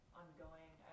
ongoing